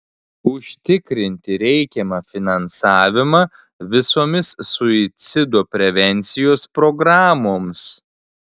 užtikrinti reikiamą finansavimą visomis suicido prevencijos programoms